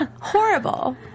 Horrible